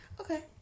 Okay